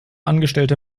angestellte